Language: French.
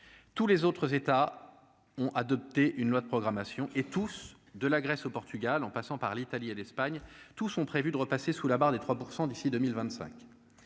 tous les autres États ont adopté une loi de programmation et tous de la Grèce, au Portugal, en passant par l'Italie et l'Espagne, tous sont prévus de repasser sous la barre des 3 % d'ici 2025,